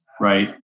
right